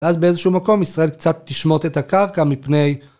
ואז באיזשהו מקום ישראל קצת תשמוט את הקרקע מפני...